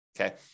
okay